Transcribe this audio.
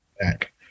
back